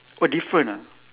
oh different ah